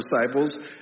disciples